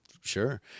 sure